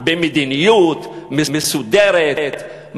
במדיניות מסודרת,